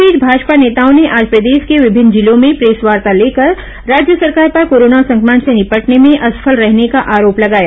इस बीच भाजपा नेताओं ने आज प्रदेश के विभिन्न जिलों में प्रेसवार्ता लेकर राज्य सरकार पर कोरोना संक्रमण से निपटने में असफल रहने का आरोप लगाया